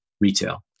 Retail